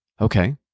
okay